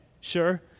sure